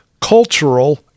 cultural